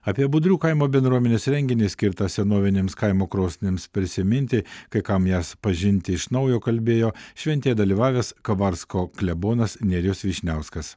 apie budrių kaimo bendruomenės renginį skirtą senovinėms kaimo krosnims prisiminti kai kam jas pažinti iš naujo kalbėjo šventėje dalyvavęs kavarsko klebonas nerijus vyšniauskas